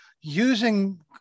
using